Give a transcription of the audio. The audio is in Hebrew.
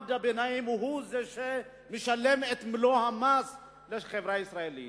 מעמד הביניים הוא זה שמשלם את מלוא המס לחברה הישראלית,